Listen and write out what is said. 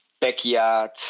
backyard